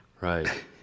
right